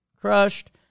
Crushed